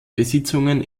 besitzungen